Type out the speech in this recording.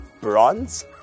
bronze